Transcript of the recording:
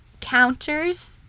counters